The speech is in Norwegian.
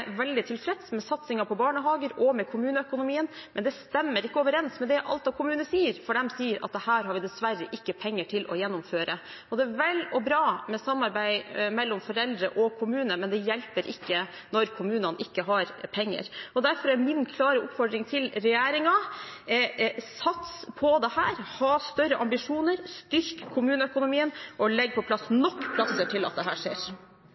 veldig tilfreds med satsingen på barnehager og med kommuneøkonomien, men det stemmer ikke overens med det Alta kommune sier, for de sier at dette har de dessverre ikke penger til å gjennomføre. Det er vel og bra med samarbeid mellom foreldre og kommune, men det hjelper ikke når kommunene ikke har penger. Derfor er min klare oppfordring til regjeringen: Sats på dette, ha større ambisjoner, styrk kommuneøkonomien, og legg på plass nok plasser til … Jeg er aldri tilfreds med det